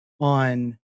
on